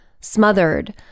smothered